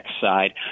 side